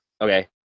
Okay